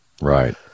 Right